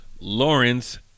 Lawrence